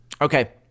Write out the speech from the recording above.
okay